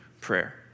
prayer